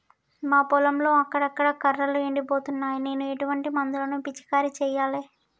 మా పొలంలో అక్కడక్కడ కర్రలు ఎండిపోతున్నాయి నేను ఎటువంటి మందులను పిచికారీ చెయ్యాలే?